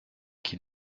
qui